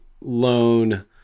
loan